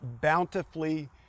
bountifully